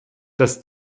dass